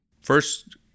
First